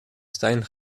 stijn